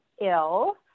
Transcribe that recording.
ill